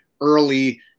early